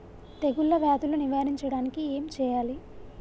తెగుళ్ళ వ్యాధులు నివారించడానికి ఏం చేయాలి?